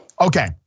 Okay